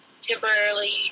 temporarily